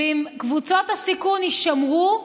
ואם קבוצות הסיכון יישמרו,